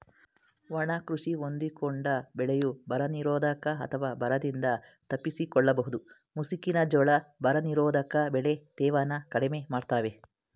ಒಣ ಕೃಷಿ ಹೊಂದಿಕೊಂಡ ಬೆಳೆಯು ಬರನಿರೋಧಕ ಅಥವಾ ಬರದಿಂದ ತಪ್ಪಿಸಿಕೊಳ್ಳಬಹುದು ಮುಸುಕಿನ ಜೋಳ ಬರನಿರೋಧಕ ಬೆಳೆ ತೇವನ ಕಡಿಮೆ ಮಾಡ್ತವೆ